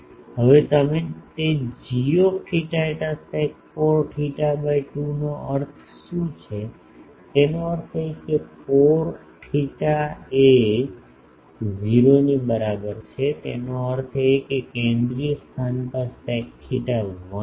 હવે તમે તે gθ φ sec 4 theta by 2 નો અર્થ શું છે તેનો અર્થ એ કે for θ એ 0 ની બરાબર છે તેનો અર્થ એ કે કેન્દ્રીય સ્થાન પર sec theta 1 છે